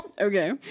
Okay